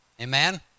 amen